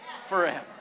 forever